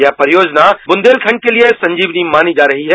यह परियोजना बुंदेलखंड के लिये संजीवनी मानी जा रही है